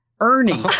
Ernie